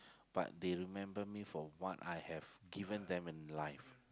but they remember me for what I have given them in life